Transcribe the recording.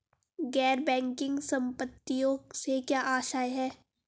गैर बैंकिंग संपत्तियों से क्या आशय है?